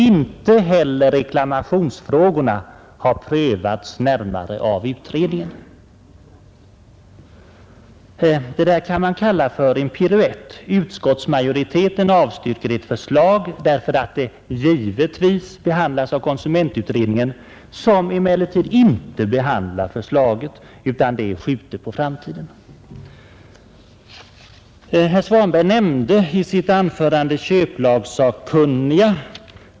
Inte heller reklamationsfrågorna har prövats närmare av utredningen.” Det kan man kalla för en piruett. Utskottsmajoriteten avstyrker ett förslag gällande reklamationsfrågor därför att det ”givetvis” behandlas av konsumentutredningen — som emellertid inte behandlar förslaget utan har skjutit det på framtiden. Herr Svanberg nämnde i sitt anförande köplagsakkunniga.